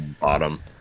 bottom